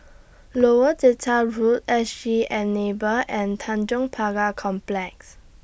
Lower Delta Road S G Enable and Tanjong Pagar Complex